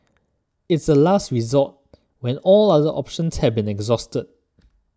it's a last resort when all other options have been exhausted